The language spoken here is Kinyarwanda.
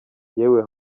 yewe